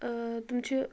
تِم چھِ